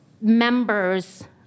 members